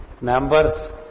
numbers